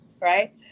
right